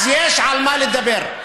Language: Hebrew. הם, אז יש על מה לדבר.